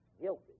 guilty